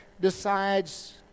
decides